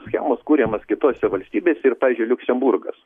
schemos kuriamos kitose valstybėse ir pavyzdžiui liuksemburgas